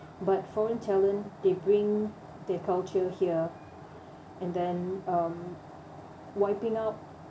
but foreign talent they bring their culture here and then um wiping out